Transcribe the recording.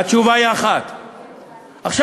עכשיו,